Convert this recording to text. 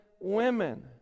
women